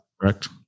Correct